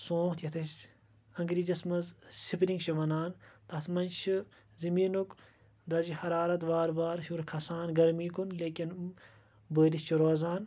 سوٗنٛتھ یَتھ أسۍ انٛگریٖزیَس منٛز سِپرِنٛگ چھِ وَنان تَتھ منٛز چھِ زٔمیٖنُک دَرجہِ حرارَت وارٕ وار ہیٚور کھَسان گَرمی کُن لیکِن بٲرِش چھِ روزان